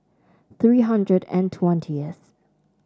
three hundred and twentieth